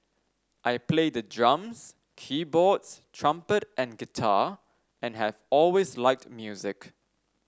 I play the drums keyboards trumpet and guitar and have always liked music